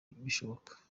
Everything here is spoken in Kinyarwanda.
bishoboka